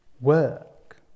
work